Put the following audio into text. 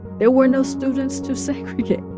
there were no students to segregate.